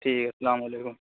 ٹھیک ہے السّلام علیکم